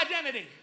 identity